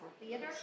theater